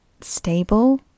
stable